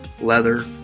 leather